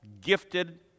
gifted